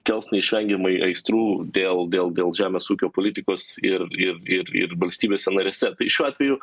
kels neišvengiamai aistrų dėl dėl dėl žemės ūkio politikos ir ir ir ir valstybėse narėse šiuo atveju